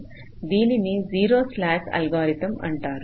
దీనిని zero slack algorithm అంటారు